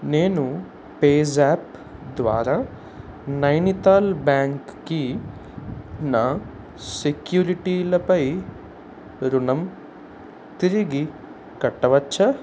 నేను పేజాప్ ద్వారా నైనితాల్ బ్యాంక్కి నా సెక్యూరిటీలపై రుణం తిరిగి కట్టవచ్చా